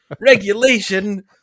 Regulation